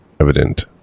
evident